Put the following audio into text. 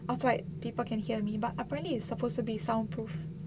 I was like people can hear me but apparently it supposed to be soundproof